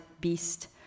beast